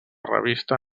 revista